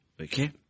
Okay